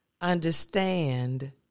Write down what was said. understand